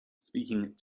speaking